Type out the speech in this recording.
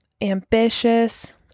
ambitious